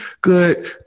good